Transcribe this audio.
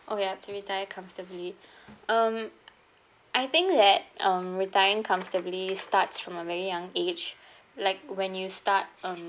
oh ya to retire comfortably um I think that um retiring comfortably starts from a very young age like when you start um